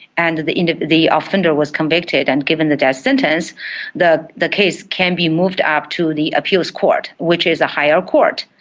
and if and the offender was convicted and given the death sentence the the case can be moved up to the appeals court, which is a higher court.